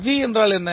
g என்றால் என்ன